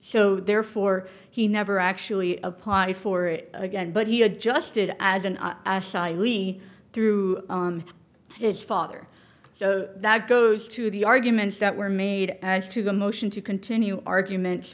so therefore he never actually apply for it again but he adjusted as an we through his father so that goes to the arguments that were made as to the motion to continue argument